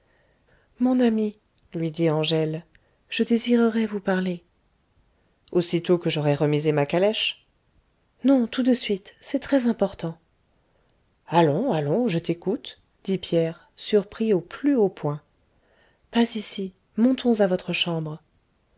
mon ami lui dit angèle je désirerais vous parler aussitôt que j'aurai remisé ma calèche non tout de suite c'est très-important allons allons je t'écoute dit pierre surpris au plus haut point pas ici montons à votre chambre